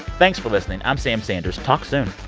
thanks for listening. i'm sam sanders. talk soon